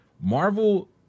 Marvel